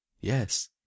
Yes